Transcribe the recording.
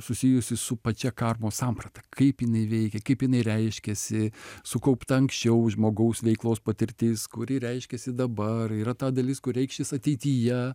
susijusį su pačia karmos samprata kaip jinai veikia kaip jinai reiškiasi sukaupta anksčiau žmogaus veiklos patirtis kuri reiškiasi dabar yra ta dalis kur reikšis ateityje